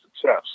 success